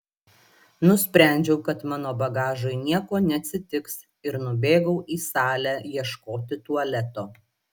nusprendžiau kad mano bagažui nieko neatsitiks ir nubėgau į salę ieškoti tualeto